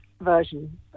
version